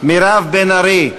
מירב בן ארי,